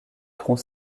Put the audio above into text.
tronc